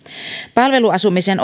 palveluasumisen